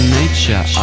nature